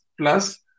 plus